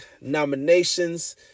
nominations